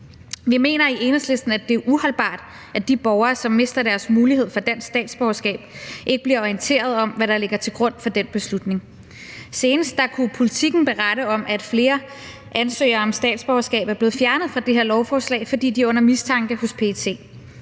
Vi mener i Enhedslisten, at det er uholdbart, at de borgere, som mister deres mulighed for dansk statsborgerskab, ikke bliver orienteret om, hvad der ligger til grund for den beslutning. Senest kunne Politiken berette om, at flere ansøgere om statsborgerskab var blevet fjernet fra det her lovforslag, fordi de er under mistanke hos PET.